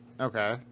Okay